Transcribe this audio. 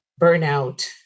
burnout